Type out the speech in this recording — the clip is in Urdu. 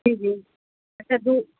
جی جی اچھا دو